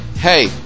Hey